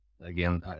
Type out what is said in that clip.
again